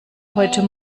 heute